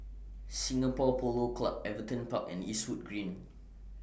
Singapore Polo Club Everton Park and Eastwood Green